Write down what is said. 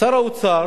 שר האוצר